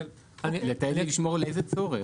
לתעד ולשמור לאיזה צורך?